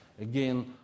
Again